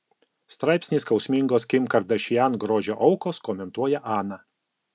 straipsnį skausmingos kim kardashian grožio aukos komentuoja ana